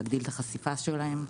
להגדיל את החשיפה שלהם.